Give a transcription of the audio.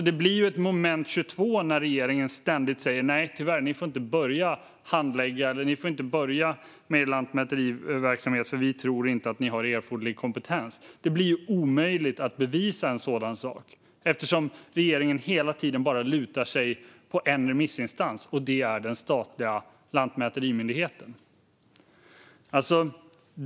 Det blir ett moment 22 när regeringen ständigt säger att nej, tyvärr, ni får inte börja med lantmäteriverksamhet för vi tror inte att ni har erforderlig kompetens. Det blir omöjligt att bevisa en sådan sak eftersom regeringen hela tiden lutar sig på endast en remissinstans, och det är den statliga lantmäterimyndigheten.